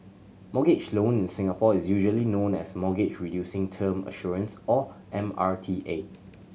mortgage loan in Singapore is usually known as Mortgage Reducing Term Assurance or M R T A